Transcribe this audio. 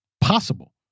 possible